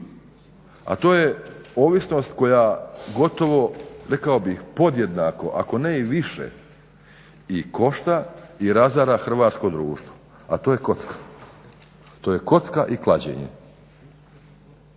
A to je ovisnost koja gotovo rekao bih podjednako ako ne i više i košta i razara hrvatsko društvo, a to je kocka i klađenje.